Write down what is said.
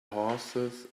horses